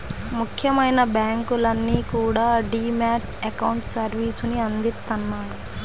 ముఖ్యమైన బ్యాంకులన్నీ కూడా డీ మ్యాట్ అకౌంట్ సర్వీసుని అందిత్తన్నాయి